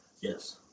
Yes